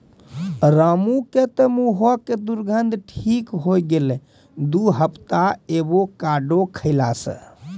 रामू के तॅ मुहों के दुर्गंध ठीक होय गेलै दू हफ्ता एवोकाडो खैला स